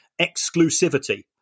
exclusivity